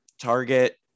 Target